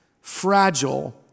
fragile